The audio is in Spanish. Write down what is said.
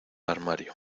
armario